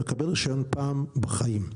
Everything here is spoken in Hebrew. מקבל רישיון פעם בחיים,